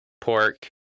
pork